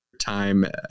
time